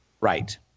Right